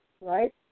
Right